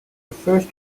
refers